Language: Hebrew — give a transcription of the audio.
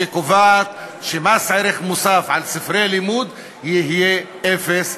שקובעת שמס ערך מוסף על ספרי לימוד יהיה אפס.